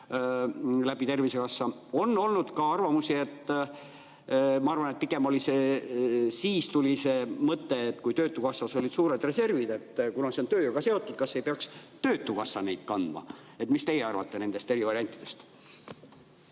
Tervisekassa kaudu. On olnud ka arvamusi – ma arvan, et pigem siis tuli see mõte, kui Töötukassas olid suured reservid –, et kuna see on tööga seotud, kas ei peaks Töötukassa neid kandma. Mis teie arvate nendest eri variantidest?